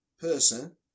person